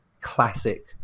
classic